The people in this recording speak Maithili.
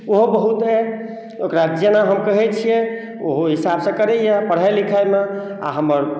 ओहो बहुत अइ ओकरा जेना हम कहै छियै ओहो ओहि हिसाबसँ करैए पढ़ाइ लिखाइमे आ हमर